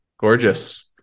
Gorgeous